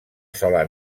sola